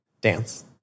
Dance